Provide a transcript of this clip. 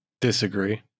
Disagree